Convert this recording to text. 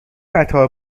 قطار